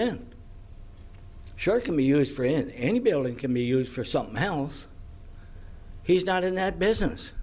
in sure can be used for in any building can be used for something else he's not in that business